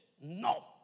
No